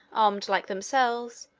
armed like themselves,